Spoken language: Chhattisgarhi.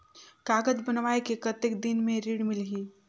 कागज बनवाय के कतेक दिन मे ऋण मिलही?